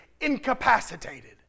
incapacitated